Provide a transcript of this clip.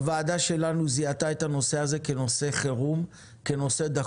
הוועדה שלנו זיהתה את הנושא הזה כנושא חירום ודחוף.